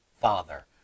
Father